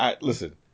Listen